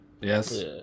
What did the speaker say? Yes